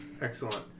Excellent